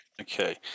Okay